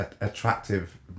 attractive